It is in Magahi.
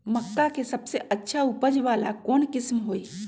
मक्का के सबसे अच्छा उपज वाला कौन किस्म होई?